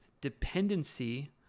dependency